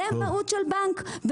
זו המהות של בנק.